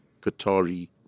Qatari